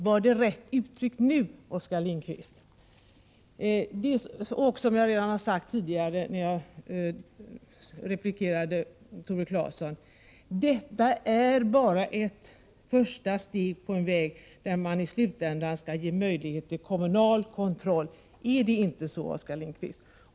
Var det rätt uttryckt nu, Oskar Lindkvist? Som jag sade tidigare i min replik till Tore Claeson, är detta bara ett första steg på en väg som i slutändan skall leda till att det ges möjlighet till kommunal kontroll. Är det inte så, Oskar Lindkvist?